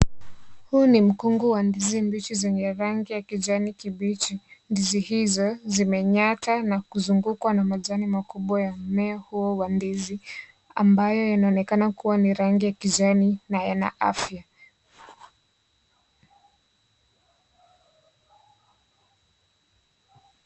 Huu ni mkungu wa ndizi mbichi zenye rangi ya kijani kibichi. Ndizi hizo zimenyata na kuzungukwa na majani makubwa ya mmea huo wa ndizi, ambayo inaonekana kuwa ni rangi ya kijani na ina afya.